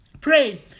Pray